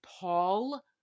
Paul